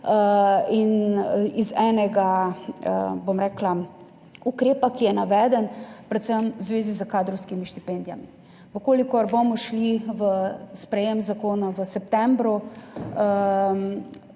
iz enega ukrepa, ki je naveden predvsem v zvezi s kadrovskimi štipendijami. Če bomo šli v sprejem zakona v septembru,